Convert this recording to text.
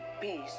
peace